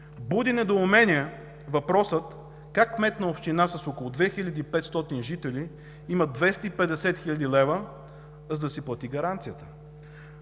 Буди недоумение въпросът: как кмет на община с около 2500 жители има 250 хил. лв., за да си плати гаранцията.